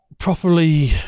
Properly